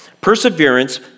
Perseverance